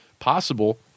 possible